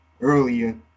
earlier